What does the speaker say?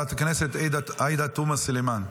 חברת הכנסת עאידה תומא סלימאן,